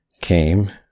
came